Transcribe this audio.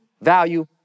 value